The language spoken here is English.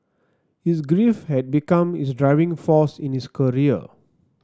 his grief had become his driving force in his career